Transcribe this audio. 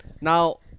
Now